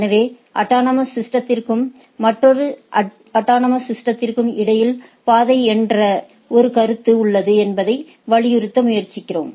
எனவே அட்டானமஸ் சிஸ்டதிற்க்கும் மற்றொரு அட்டானமஸ் சிஸ்டதிற்க்கும் இடையில் பாதை என்ற ஒரு கருத்து உள்ளது என்பதை வலியுறுத்த முயற்சிக்கிறோம்